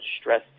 stress